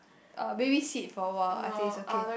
uh babysit for awhile I think it's okay